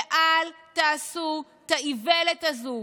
ואל תעשו את האיוולת הזו.